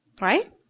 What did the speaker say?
right